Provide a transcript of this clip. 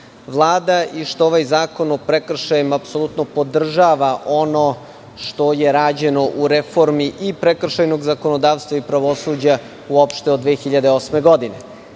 Vlada i što ovaj zakon o prekršajima apsolutno podržava ono što je rađeno u reformi i prekršajnog zakonodavstva i pravosuđa uopšte od 2008. godine. Godine